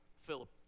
Philip